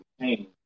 pain